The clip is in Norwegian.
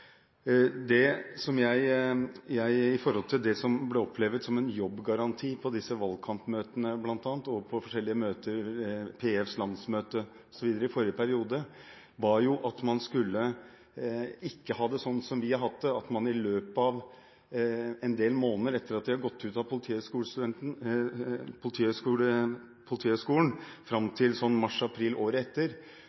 på forskjellige møter – PFs landsmøte osv. – i forrige periode, gikk på at man ikke skulle ha det sånn som vi har hatt det, at man i løpet av en del måneder, etter å ha gått ut fra Politihøgskolen og fram